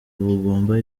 ubugumba